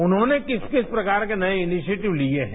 उन्होंने किस किस प्रकार के नयेइनिशिएटिव लिये हैं